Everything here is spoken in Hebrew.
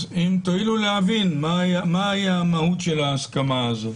אז אם תואילו להבין, מה היא המהות של ההסכמה הזאת.